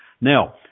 Now